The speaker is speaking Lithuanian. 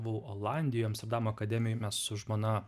buvau olandijoj amsterdamo akademijoj mes su žmona